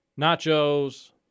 nachos